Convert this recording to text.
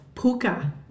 Puka